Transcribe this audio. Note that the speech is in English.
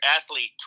athlete